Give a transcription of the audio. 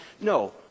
No